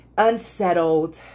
unsettled